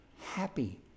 happy